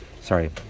Sorry